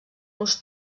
los